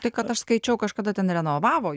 tai kad aš skaičiau kažkada ten renovavo